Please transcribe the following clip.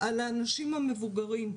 על האנשים המבוגרים.